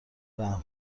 رحم